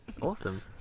Awesome